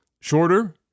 shorter